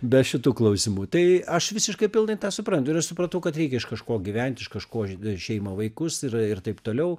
be šitų klausimų tai aš visiškai pilnai tą suprantu ir aš supratau kad reikia iš kažko gyventi iš kažko ži šeimą vaikus ir ir taip toliau